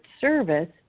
service